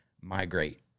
migrate